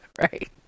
Right